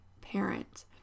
parent